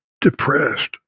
depressed